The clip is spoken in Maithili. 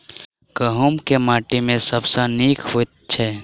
गहूम केँ माटि मे सबसँ नीक होइत छै?